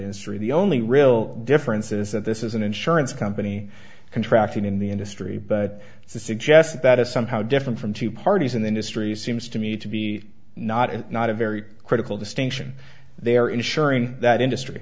industry the only real difference is that this is an insurance company contract and in the industry but to suggest that is somehow different from two parties in the industry seems to me to be not is not a very critical distinction they are ensuring that industry